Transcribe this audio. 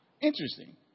Interesting